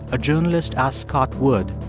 a journalist asked scott wood,